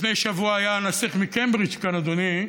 לפני שבוע היה כאן הנסיך מקיימברידג', אדוני.